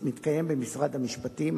במשרד המשפטים.